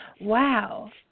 Wow